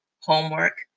homework